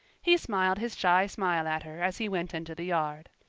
he smiled his shy smile at her as he went into the yard.